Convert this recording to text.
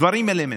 דברים אלמנטריים.